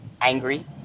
angry